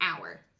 hour